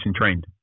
trained